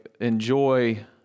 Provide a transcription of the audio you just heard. enjoy